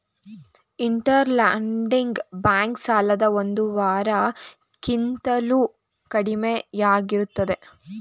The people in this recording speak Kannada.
ಇಂಟರ್ ಲೆಂಡಿಂಗ್ ಬ್ಯಾಂಕ್ ಸಾಲದ ಒಂದು ವಾರ ಕಿಂತಲೂ ಕಡಿಮೆಯಾಗಿರುತ್ತದೆ